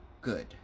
good